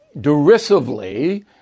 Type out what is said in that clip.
derisively